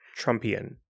Trumpian